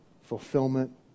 fulfillment